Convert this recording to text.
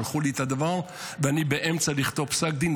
שלחו לי את הדבר, ואני באמצע לכתוב פסק דין.